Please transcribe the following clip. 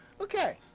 Okay